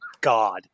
god